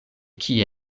kie